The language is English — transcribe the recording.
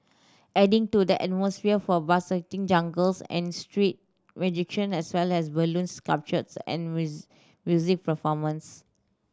adding to the atmosphere were buskers jugglers and street magician as well as balloon sculptures and music performance